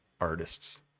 artists